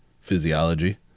physiology